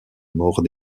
mort